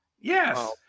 Yes